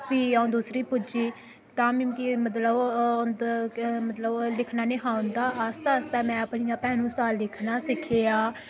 फ्ही अ'ऊं दूसरी पुज्जी तां बी मिकी मतलब ओह् मतलब मतलब लिखना नेईं हा औंदा लिखने आस्तै में अपनियें भैनू शा लिखना सिक्खेआ